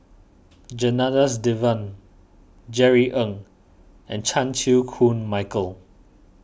Janadas Devan Jerry Ng and Chan Chew Koon Michael